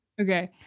Okay